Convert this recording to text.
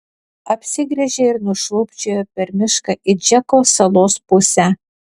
apsigręžė ir nušlubčiojo per mišką į džeko salos pusę